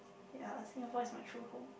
ya Singapore is my true home